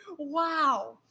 Wow